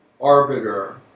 arbiter